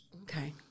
okay